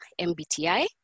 MBTI